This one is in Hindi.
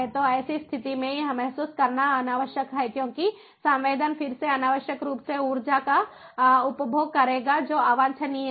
तो ऐसी स्थिति में यह महसूस करना अनावश्यक है क्योंकि संवेदन फिर से अनावश्यक रूप से ऊर्जा का उपभोग करेगा जो अवांछनीय है